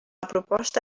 proposta